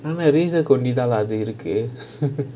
ஆனா:aanaa razeer ஒண்டி தான் அது இருக்கு:ondi thaan athu irukku